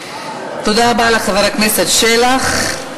תודה רבה לחבר הכנסת שלח.